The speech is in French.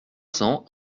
cents